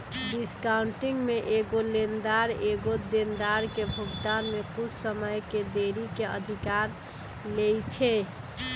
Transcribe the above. discounting में एगो लेनदार एगो देनदार के भुगतान में कुछ समय के देरी के अधिकार लेइ छै